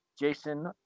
Jason